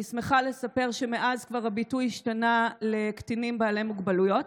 אני שמחה לספר שמאז הביטוי כבר השתנה ל"קטינים בעלי מוגבלויות".